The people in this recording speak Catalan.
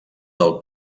del